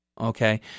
okay